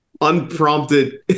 unprompted